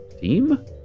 Team